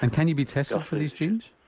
and can you be tested for these genes?